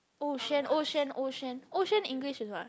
Ou Xuan Ou Xuan Ou Xuan Ou Xuan English is what